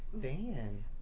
Dan